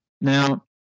Now